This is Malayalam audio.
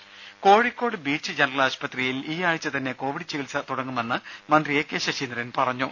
രുദ കോഴിക്കോട് ബീച്ച് ജനറൽ ആശുപത്രിയിൽ ഈ ആഴ്ച തന്നെ കോവിഡ് ചികിത്സ തുടങ്ങുമെന്ന് മന്ത്രി എ കെ ശശീന്ദ്രൻ പറഞ്ഞു